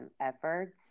efforts